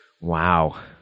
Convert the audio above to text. Wow